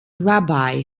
rabbi